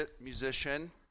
musician